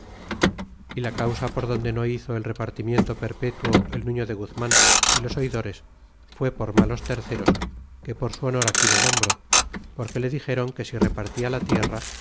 y la causa por donde no hizo el repartimiento perpetuo el nuilo de guzman y los oidores fué por malos terceros que por su honor aquí no nombró porque le dixéron que si repartia la tierra